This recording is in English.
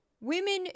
Women